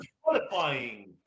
qualifying